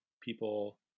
people